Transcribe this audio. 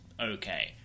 okay